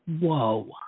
whoa